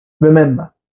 Remember